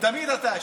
תמיד אתה אשם.